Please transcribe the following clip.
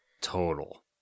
Total